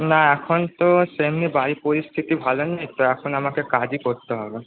না এখন তো সেমনি বাড়ির পরিস্থিতি ভালো নেই তো এখন আমাকে কাজই করতে হবে